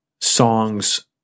songs